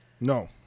No